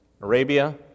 Arabia